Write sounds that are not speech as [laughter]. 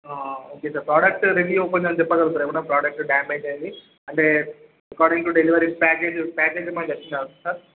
ఆ okay sir product [unintelligible] open అయ్యిందో చెప్పగలుగుతారా ఏమైనా ప్రోడక్ట్ డామేజ్ అయ్యింది అంటే according to delivery package package ఏమైనా వచ్చిందా సార్